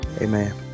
amen